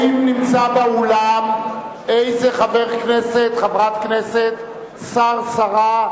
האם נמצא באולם חבר כנסת, חברת כנסת, שר, שרה,